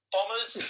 Bombers